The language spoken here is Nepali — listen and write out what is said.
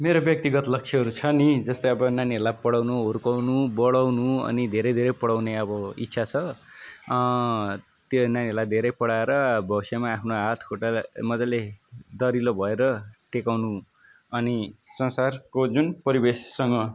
मेरो व्यक्तिगत लक्ष्यहरू छ नि जस्तै अब नानीहरूलाई पढाउनु हुर्काउनु बढाउनु अनि धेरै धेरै पढाउने अब इच्छा छ त्यो नानीलाई धेरै पढाएर भविष्यमा आफ्नो हात खुट्टालाई मजाले दरिलो भएर टेकाउनु अनि संसारको जुन परिवेशसँग